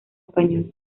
español